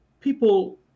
people